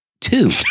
two